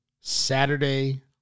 Saturday